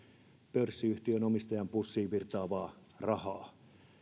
pörssiyhtiön omistajan pussiin virtaavaa rahaa